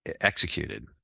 executed